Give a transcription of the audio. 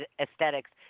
aesthetics